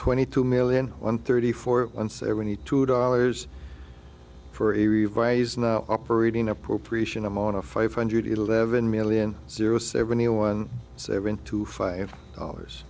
twenty two million one thirty four and seventy two dollars for a revised now operating appropriation i'm on a five hundred eleven million zero seventy one seven two five dollars